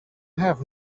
have